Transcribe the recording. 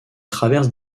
traverse